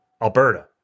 Alberta